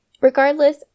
Regardless